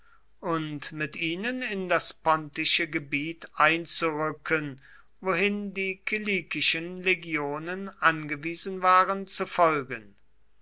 und mit ihnen in das pontische gebiet einzurücken wohin die kilikischen legionen angewiesen waren zu folgen